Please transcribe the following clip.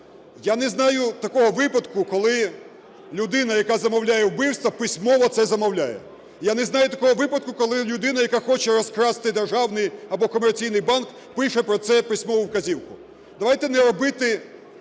Я не знаю такого випадку, коли людина, яка замовляє вбивство, письмово це замовляє. Я не знаю такого випадку, коли людина, яка хоче розкрасти державний або комерційний банк, пише про це письмову вказівку. Давайте не робити